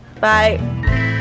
Bye